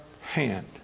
hand